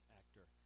actor